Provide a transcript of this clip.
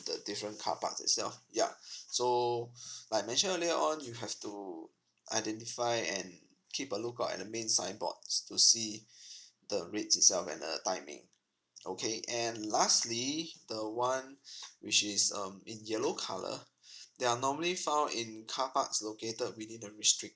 the different car parks itself yup so I mention earlier on you have to identify and keep a lookout at the main signboards to see the rates itself and the timing okay and lastly the one which is um in yellow colour they're normally found in carparks located within the restrict~